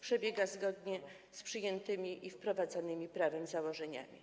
przebiega zgodnie z przyjętymi i wprowadzonymi prawem założeniami.